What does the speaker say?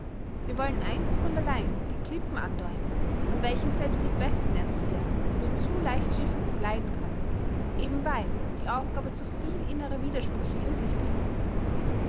wir wollen einzig und allein die klippen andeuten an welchen selbst die besten erzieher nur zu leicht schiffbruch leiden können eben weil die aufgabe zu viel innere widersprüche in sich birgt